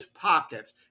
pockets